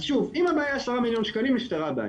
אז שוב, אם הבעיה 10 מיליון שקלים, נפתרה הבעיה.